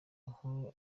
inkuru